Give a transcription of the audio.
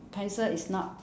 pencil is not